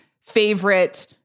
favorite